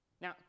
Now